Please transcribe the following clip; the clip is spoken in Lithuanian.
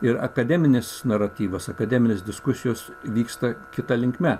ir akademinis naratyvas akademinės diskusijos vyksta kita linkme